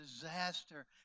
disaster